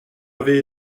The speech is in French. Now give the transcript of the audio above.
avait